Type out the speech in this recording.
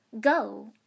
Go